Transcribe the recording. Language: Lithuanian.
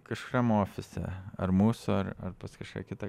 kažkokiam ofise ar mūsų ar ar pas kažką kitą